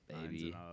baby